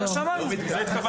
לזה התכוונו.